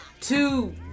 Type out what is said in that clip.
two